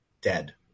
dead